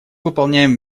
выполняем